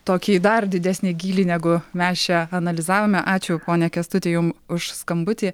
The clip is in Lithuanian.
tokį dar didesnį gylį negu mes čia analizavome ačiū pone kęstuti jum už skambutį